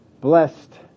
blessed